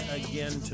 again